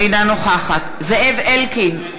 אינה נוכחת זאב אלקין,